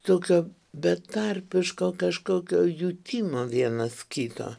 tokio betarpiško kažkokio jutimo vienas kito